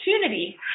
opportunity